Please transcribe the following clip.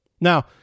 Now